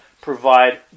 provide